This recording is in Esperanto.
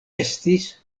estis